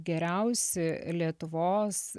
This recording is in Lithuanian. geriausi lietuvos